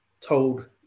told